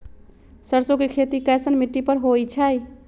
सरसों के खेती कैसन मिट्टी पर होई छाई?